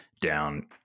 down